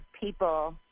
people